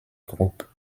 groupes